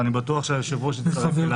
ואני בטוח שהיושב ראש יצטרף אלי.